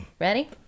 ready